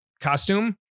costume